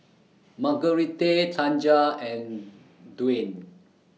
Margurite Tanja and Dwayne